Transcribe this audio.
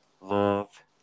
love